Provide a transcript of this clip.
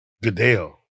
Goodell